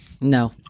No